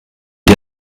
die